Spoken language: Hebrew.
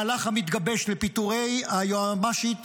המהלך המתגבש לפיטורי היועמ"שית